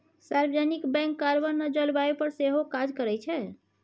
सार्वजनिक bank carbon आ जलबायु पर सेहो काज करै छै